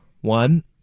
one